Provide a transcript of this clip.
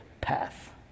path